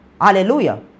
Hallelujah